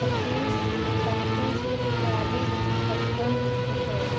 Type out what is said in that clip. पच्चीस पैंतीस चालीस पचपन दो सए एक